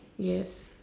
yes